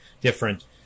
different